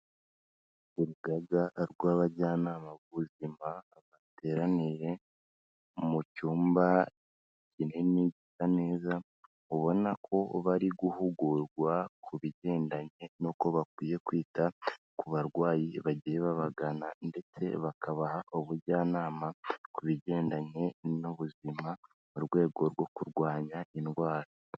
Urugaga rw'abajyanama b'ubuzima, bateraniye mu cyumba kinini gisa neza, ubona ko bari guhugurwa ku bigendanye n'uko bakwiye kwita ku barwayi bagiye babagana ndetse bakabaha ubujyanama, ku bigendanye n'ubuzima, mu rwego rwo kurwanya indwara.